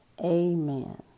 Amen